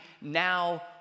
now